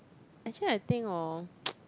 actually I think hor